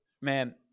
man